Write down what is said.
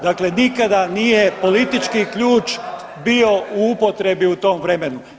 Dakle, nikada nije politički ključ bio u upotrebi u tom vremenu.